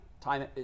time